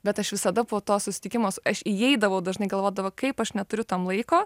bet aš visada po to susitikimuo su aš įeidavau dažnai galvodavau kaip aš neturiu tam laiko